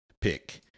pick